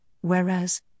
whereas